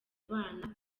abana